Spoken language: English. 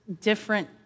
different